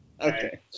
okay